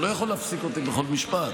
הוא לא יכול להפסיק אותי בכל משפט.